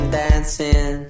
dancing